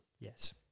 Yes